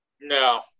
No